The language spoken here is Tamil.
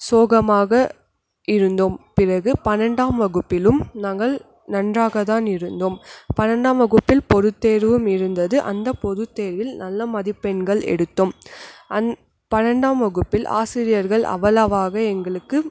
சோகமாக இருந்தோம் பிறகு பன்னெண்டாம் வகுப்பிலும் நாங்கள் நன்றாக தான் இருந்தோம் பன்னெண்டாம் வகுப்பில் பொது தேர்வும் இருந்தது அந்த பொது தேர்வில் நல்ல மதிப்பெண்களும் எடுத்தோம் அந்த பன்னெண்டாம் வகுப்பில் ஆசிரியர்கள் அவ்வளவாக எங்களுக்கு